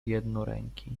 jednoręki